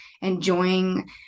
enjoying